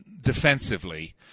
defensively